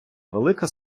велика